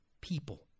people